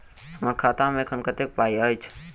हम्मर खाता मे एखन कतेक पाई अछि?